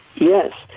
Yes